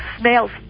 snails